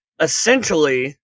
essentially